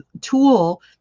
tool